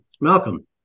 Malcolm